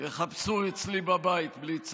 יחפשו אצלי בבית בלי צו.